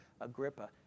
Agrippa